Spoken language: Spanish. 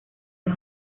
los